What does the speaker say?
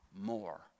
more